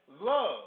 love